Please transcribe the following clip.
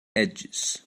edges